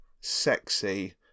sexy